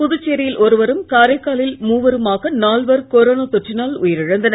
புதுச்சேரியில் ஒருவரும் காரைக்காலில் மூவருமாக நால்வர் கொரோனா தொற்றினால் உயிரிழந்தனர்